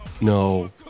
no